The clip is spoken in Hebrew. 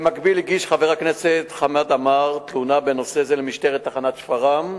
במקביל הגיש חבר הכנסת חמד עמאר תלונה בנושא זה למשטרת תחנת שפרעם,